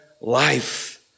life